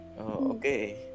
okay